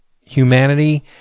humanity